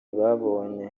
babonye